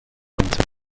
into